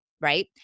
right